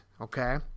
okay